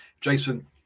Jason